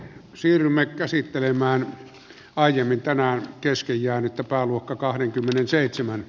siirrymme käsittelemään aiemmin tänään kesken jäänyttä pääluokan kahdenkymmenenseitsemän